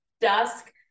dusk